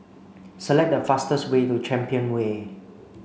select the fastest way to Champion Way